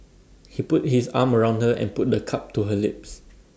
he put his arm around her and put the cup to her lips